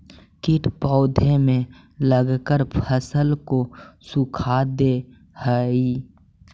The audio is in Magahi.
कीट पौधे में लगकर फसल को सुखा दे हई